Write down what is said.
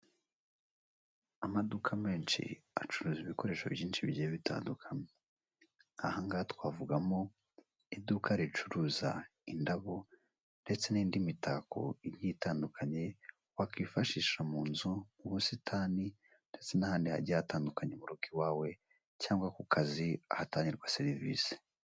Amaduka menshi acuruza ibikoresho byinshi bigiye bitandukanye, ahangaha twavugamo iduka ricuruza indabo ndetse n'indi mitako igiye itandukanye wakwifashisha mu nzu mu busitani ndetse n'ahandi hagiye hatandukanye mu rugo iwawe, cyangwa ku kazi ahatangirwa serivisi.